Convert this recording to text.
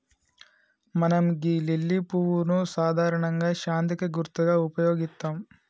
మనం గీ లిల్లీ పువ్వును సాధారణంగా శాంతికి గుర్తుగా ఉపయోగిత్తం